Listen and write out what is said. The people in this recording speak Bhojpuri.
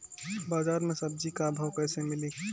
बाजार मे सब्जी क भाव कैसे मिली?